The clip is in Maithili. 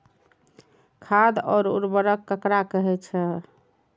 खाद और उर्वरक ककरा कहे छः?